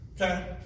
Okay